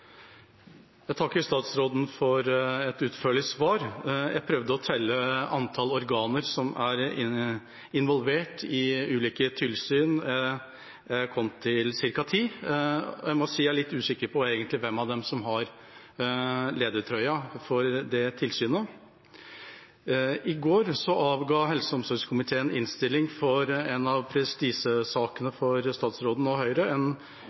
Jeg takker statsråden for et utførlig svar. Jeg prøvde å telle antall organer som er involvert i ulike tilsyn. Jeg kom til ca. ti – og jeg må si jeg er litt usikker på hvem av dem som egentlig har ledertrøya når det gjelder dette tilsynet. I går avga helse- og omsorgskomiteen innstilling i en av prestisjesakene til statsråden og Høyre